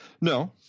No